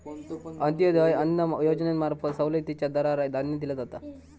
अंत्योदय अन्न योजनेंमार्फत सवलतीच्या दरात धान्य दिला जाता